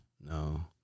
No